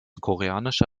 koreanische